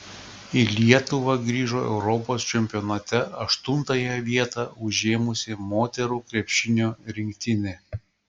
į lietuvą grįžo europos čempionate aštuntąją vietą užėmusi moterų krepšinio rinktinė